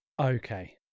Okay